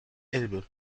elbe